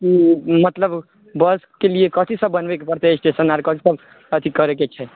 मतलब बसके लिए कथी सभ बनबैके होतै स्टेशन आर कथी करैके छै